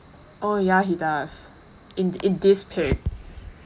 oh yeah he does in in this pic